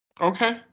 Okay